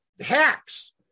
hacks